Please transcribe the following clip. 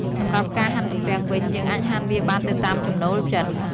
សម្រាប់ការហាន់ទំពាំងវិញ យើងអាចហាន់វាបានទៅតាមចំណូលចិត្ត។